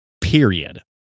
period